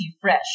Fresh